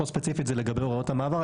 פה ספציפית זה לגבי הוראות המעבר.